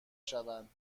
شوند